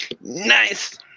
Nice